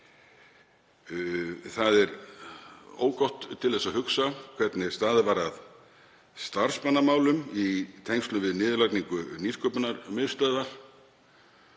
Það er ógott til þess að hugsa hvernig staðið var að starfsmannamálum í tengslum við niðurlagningu Nýsköpunarmiðstöðvar,